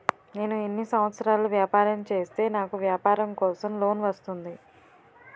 నేను ఎన్ని సంవత్సరాలు వ్యాపారం చేస్తే నాకు వ్యాపారం కోసం లోన్ వస్తుంది?